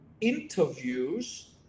interviews